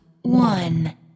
one